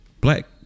black